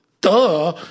Duh